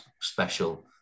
special